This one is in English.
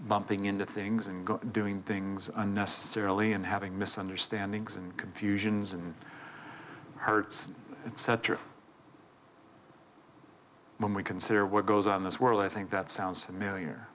bumping into things and doing things unnecessarily and having misunderstandings and confusions and hurts when we consider what goes on this world i think that sounds familiar